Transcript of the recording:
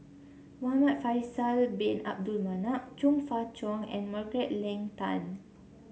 Muhamad Faisal Bin Abdul Manap Chong Fah Cheong and Margaret Leng Tan